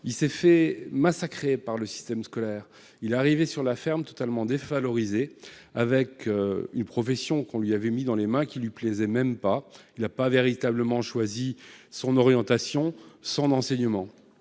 il s'est fait massacrer par le système scolaire. Il est arrivé à la ferme totalement dévalorisé, exerçant une profession qu'on lui avait mise dans les mains et qui ne lui plaisait pas. Il n'a pas véritablement choisi son orientation. Mon associé et